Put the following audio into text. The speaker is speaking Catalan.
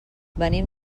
venim